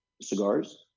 cigars